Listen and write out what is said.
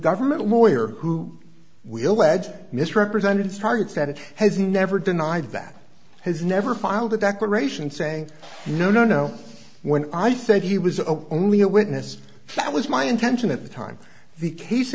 government lawyer who will lead misrepresented its targets that it has never denied that has never filed a declaration saying no no no when i said he was a only a witness that was my intention at the time the case